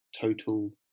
total